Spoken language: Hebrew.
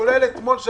כולל אתמול,